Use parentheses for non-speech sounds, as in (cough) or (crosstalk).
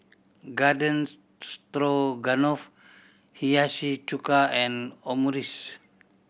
Garden (unintelligible) Stroganoff Hiyashi Chuka and Omurice